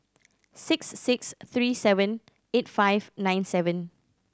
six six three seven eight five nine seven